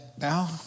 now